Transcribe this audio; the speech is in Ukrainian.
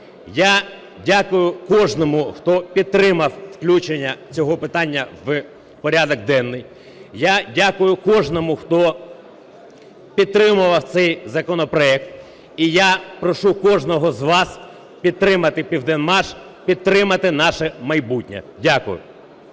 Я дякую кожному, хто підтримав включення цього питання в порядок денний. Я дякую кожному, хто підтримував цей законопроект. І я прошу кожного з вас підтримати "Південмаш", підтримати наше майбутнє. Дякую.